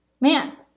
Man